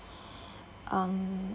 um